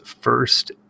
first